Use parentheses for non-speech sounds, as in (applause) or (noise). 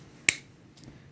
(noise)